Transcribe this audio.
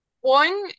One